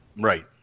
right